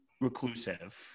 reclusive